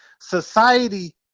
society